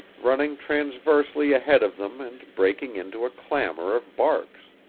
running transversely ahead of them and breaking into a clamor of barks.